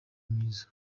mwiza